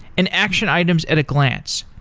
and action items at a glance.